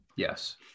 Yes